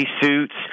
suits